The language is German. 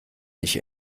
nicht